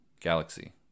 galaxy